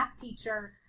teacher